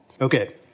Okay